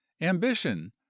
ambition